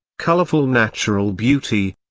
colorful natural beauty,